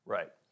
Right